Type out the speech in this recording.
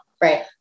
Right